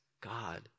God